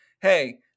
hey